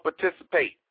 participate